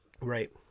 Right